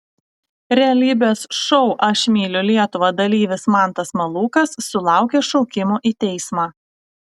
realybės šou aš myliu lietuvą dalyvis mantas malūkas sulaukė šaukimo į teismą